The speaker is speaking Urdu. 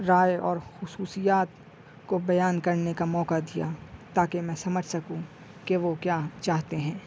رائے اور خصوصیات کو بیان کرنے کا موقع دیا تاکہ میں سمجھ سکوں کہ وہ کیا چاہتے ہیں